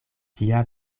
tia